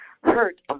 hurt